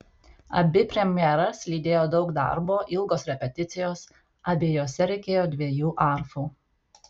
abi premjeras lydėjo daug darbo ilgos repeticijos abiejose reikėjo dviejų arfų